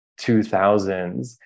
2000s